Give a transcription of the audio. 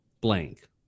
blank